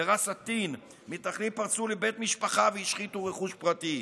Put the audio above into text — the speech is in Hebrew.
בראס א-תין מתנחלים פרצו לבית משפחה והשחיתו רכוש פרטי,